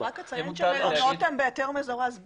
אני רק אציין שהמלונות הם בהיתר מזורז ב'.